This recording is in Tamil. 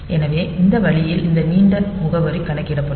எனவே இந்த வழியில் இந்த நீண்ட முகவரி கணக்கிடப்படும்